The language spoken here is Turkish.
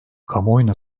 kamuoyuna